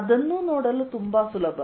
ಅದನ್ನೂ ನೋಡಲು ತುಂಬಾ ಸುಲಭ